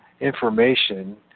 information